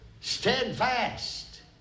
steadfast